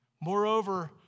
moreover